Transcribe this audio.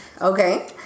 okay